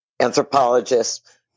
anthropologists